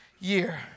year